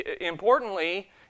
importantly